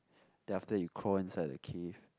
then after that you crawl inside the cave